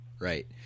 Right